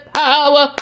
power